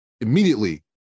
immediately